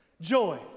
joy